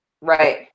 right